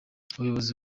ubuyobozi